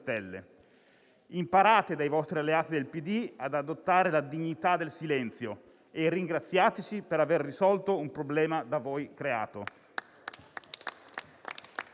Imparate dai vostri alleati del PD ad adottare la dignità del silenzio e ringraziateci per aver risolto un problema da voi creato.